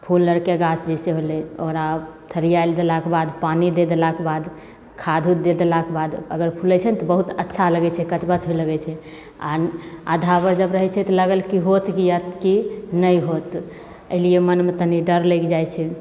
फूल आरके गाछ जइसे होलै ओकरा थलियाइ देलाके बाद पानी दे देलाके बाद खाद उद दे देलाके बाद अगर फुलै छै ने तऽ बहुत अच्छा लगै छै कछबछ होइ लगै छै आओर आधापर जब रहै छै तऽ लागल कि होत कि नहि होत एहि लिए मोनमे तनि डर लागि जाइ छै